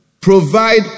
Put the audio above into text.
provide